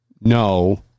no